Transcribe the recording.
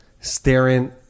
staring